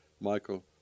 Michael